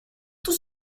tout